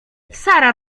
sara